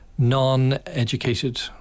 non-educated